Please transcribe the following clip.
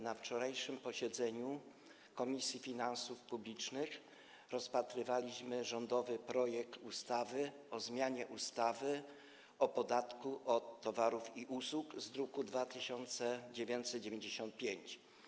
Na wczorajszym posiedzeniu Komisji Finansów Publicznych rozpatrywaliśmy rządowy projekt ustawy o zmianie ustawy o podatku od towarów i usług z druku nr 2995.